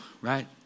right